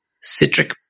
citric